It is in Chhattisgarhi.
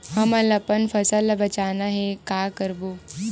हमन ला अपन फसल ला बचाना हे का करबो?